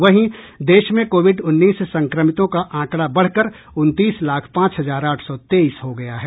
वहीं देश में कोविड उन्नीस संक्रमितों का आंकड़ा बढ़कर उनतीस लाख पांच हजार आठ सौ तेईस हो गया है